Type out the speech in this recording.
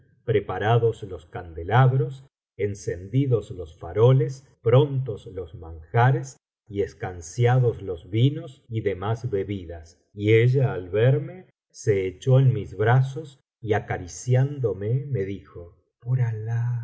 preparados los candelabros encendidos los faroles prontos los manjares y escanciados los vinos y demás bebidas y ella al verme se echó en mis brazos y acariciándome me dijo por alah